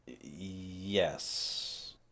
Yes